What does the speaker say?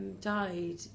died